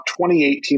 2018